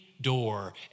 door